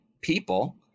people